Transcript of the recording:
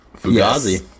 fugazi